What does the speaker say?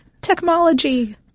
technology